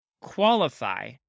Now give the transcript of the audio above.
Qualify